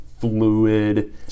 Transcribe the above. fluid